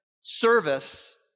service